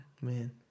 Man